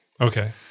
Okay